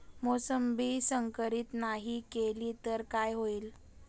मोसंबी संकरित नाही केली तर काय होईल?